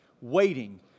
waiting